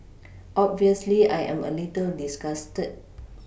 obviously I am a little disgusted